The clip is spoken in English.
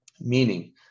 meaning